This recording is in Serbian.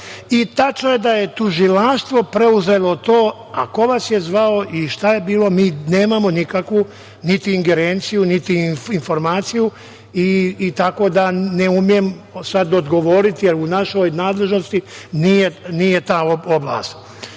i tačno je da je tužilaštvo preuzelo to, a ko vas je zvao i šta je bilo, mi nemamo nikakvu niti ingerenciju, niti informaciju i tako da ne umemo odgovoriti, jer u našoj nadležnosti nije ta oblast. Ovo